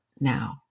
now